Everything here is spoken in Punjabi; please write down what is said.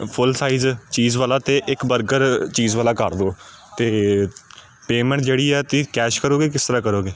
ਫੁੱਲ ਸਾਈਜ਼ ਚੀਜ਼ ਵਾਲਾ ਅਤੇ ਇੱਕ ਬਰਗਰ ਚੀਜ਼ ਵਾਲਾ ਕਰ ਦਿਓ ਅਤੇ ਪੇਮੈਂਟ ਜਿਹੜੀ ਆ ਤੁਸੀਂ ਕੈਸ਼ ਕਰੋਗੇ ਕਿਸ ਤਰ੍ਹਾਂ ਕਰੋਗੇ